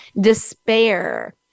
despair